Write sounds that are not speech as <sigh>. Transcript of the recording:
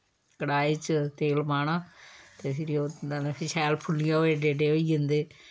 कड़ाई च तेल पाना ते फिरी <unintelligible> फ्ही शैल फुल्लियै ओहे एड्डे एड्डे होई जंदे